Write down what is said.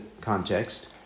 context